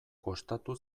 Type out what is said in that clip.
kostatu